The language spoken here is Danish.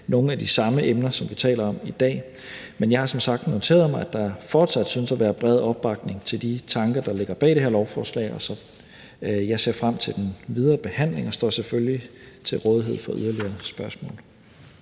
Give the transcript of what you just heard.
nogle af de samme emner, som vi taler om i dag. Men jeg har som sagt noteret mig, at der fortsat synes at være bred opbakning til de tanker, der ligger bag det her lovforslag. Jeg ser frem til den videre behandling og står selvfølgelig til rådighed for yderligere spørgsmål.